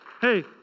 Hey